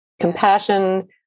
Compassion